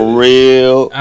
real